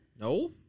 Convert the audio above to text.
No